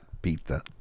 Pizza